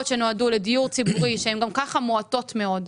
שנועדו לדיור ציבורי שהן גם ככה מועטות ביותר,